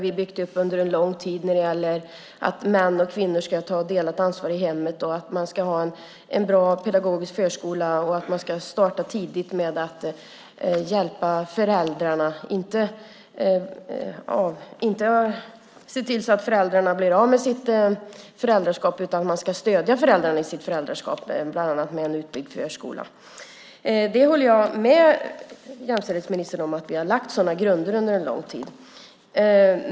Vi har ju under en lång tid byggt upp det här med att män och kvinnor ska ta delat ansvar i hemmet, att man ska ha en bra pedagogisk förskola och att man ska starta tidigt med att hjälpa föräldrarna. Man ska inte se till att föräldrarna blir av med sitt föräldraskap, utan man ska stödja föräldrarna i deras föräldraskap bland annat med en utbyggd förskola. Jag håller med jämställdhetsministern om att vi under en lång tid har lagt sådana grunder.